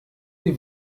die